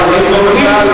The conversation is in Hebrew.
אבל עקרונית,